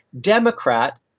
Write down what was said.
Democrat